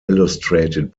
illustrated